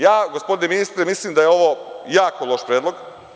Ja gospodine ministre mislim da je ovo jako loš predlog.